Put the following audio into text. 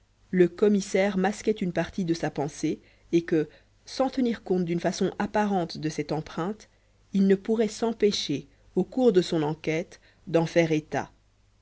le commissaire masquait une partie de sa pensée et que sans tenir compte d'une façon apparente de cette empreinte il ne pourrait s'empêcher au cours de son enquête d'en faire état